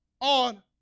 on